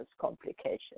complications